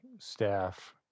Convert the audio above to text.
Staff